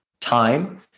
time